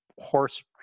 horse